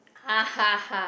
ha ha ha